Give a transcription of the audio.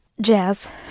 Jazz